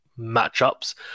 matchups